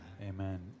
Amen